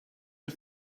you